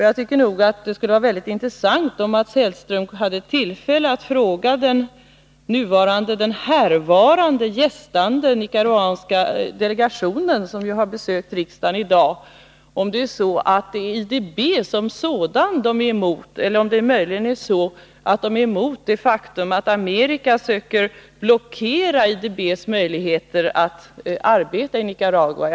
Jag tycker att det skulle vara mycket intressant om Mats Hellström hade tillfälle att fråga den oss gästande nicaraguanska delegationen, som ju har besökt riksdagen i dag, om det är IDB som sådant man är emot eller om man möjligen är emot det faktum att amerikanerna försöker blockera IDB:s möjligheter att arbeta i Nicaragua.